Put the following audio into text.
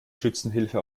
schützenhilfe